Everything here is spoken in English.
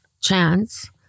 chance